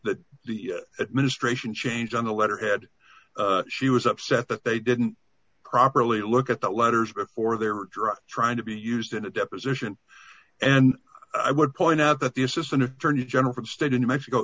that the administration changed on the letterhead she was upset that they didn't properly look at the letters before they were dropped trying to be used in a deposition and i would point out that the assistant attorney general for the state in mexico